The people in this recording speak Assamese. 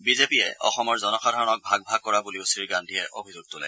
বিজেপিয়ে অসমৰ জনসাধাৰণক ভাগ ভাগ কৰা বুলিও শ্ৰীগান্ধীয়ে অভিযোগ তোলে